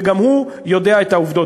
וגם הוא יודע את העובדות.